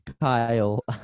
Kyle